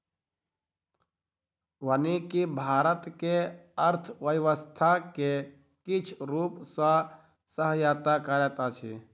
वानिकी भारत के अर्थव्यवस्था के किछ रूप सॅ सहायता करैत अछि